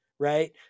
right